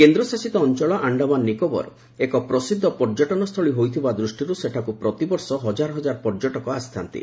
କେନ୍ଦ୍ରଶାସିତ ଅଞ୍ଚଳ ଆଣ୍ଡାମାନ ନିକୋବର ଏକ ପ୍ରସିଦ୍ଧ ପର୍ଯ୍ୟଟନସ୍ଥଳୀ ହୋଇଥିବା ଦୃଷ୍ଟିରୁ ସେଠାକୁ ପ୍ରତିବର୍ଷ ହଜାର ହଜାର ପର୍ଯ୍ୟଟକ ଆସିଥା'ନ୍ତି